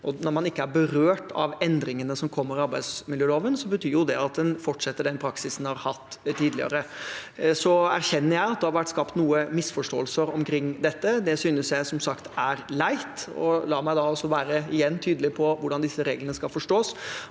når man ikke er berørt av endringene som kommer i arbeidsmiljøloven, betyr jo det at en fortsetter den praksisen en har hatt tidligere. Så erkjenner jeg at det har vært skapt noen misforståelser omkring dette. Det synes jeg, som sagt, er leit. La meg da igjen være tydelig på hvordan disse reglene skal forstås.